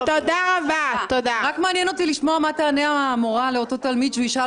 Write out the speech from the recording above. רק מעניין אותי לשמוע מה תענה המורה לאותו תלמיד שישאל